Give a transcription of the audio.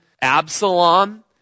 Absalom